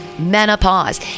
Menopause